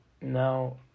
now